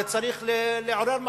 זה צריך לעורר מחשבה,